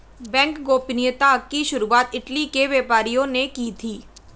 bank गोपनीयता की शुरुआत इटली के व्यापारियों ने की थी